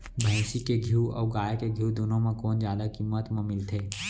भैंसी के घीव अऊ गाय के घीव दूनो म कोन जादा किम्मत म मिलथे?